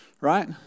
right